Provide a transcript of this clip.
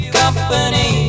company